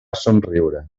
somriure